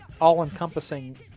all-encompassing